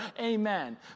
amen